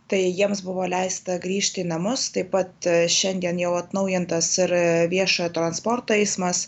tai jiems buvo leista grįžti į namus taip pat šiandien jau atnaujintas ir viešojo transporto eismas